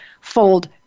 fold